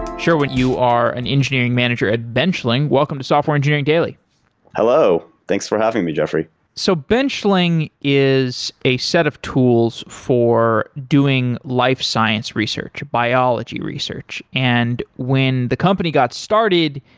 sherwin, you are an engineering manager at benchling. welcome to software engineering daily hello. thanks for having me, jeffrey so benchling is a set of tools for doing life science research, biology research. and when the company got started,